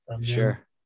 sure